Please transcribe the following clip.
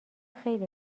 خیلی